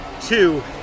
two